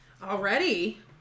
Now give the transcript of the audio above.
Already